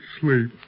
sleep